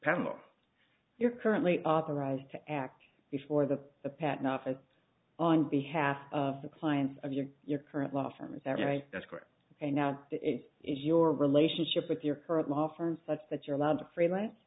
panel you're currently authorized to act before the patent office on behalf of the clients of your your current law firm is that right that's correct and now that it is your relationship with your current law firm such that you're allowed to freelance